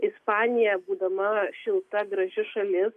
ispanija būdama šilta graži šalis